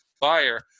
buyer